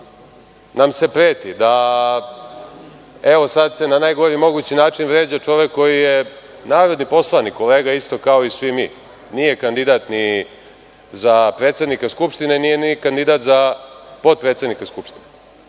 nam se preti, evo sad se na najgori mogući način vređa čovek koji je narodni poslanik, kolega isto kao i svi mi. Nije kandidat ni za predsednika Skupštine, nije kandidat ni za potpredsednika Skupštine.